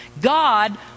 God